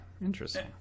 interesting